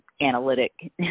analytic